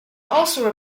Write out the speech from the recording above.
also